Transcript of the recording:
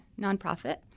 nonprofit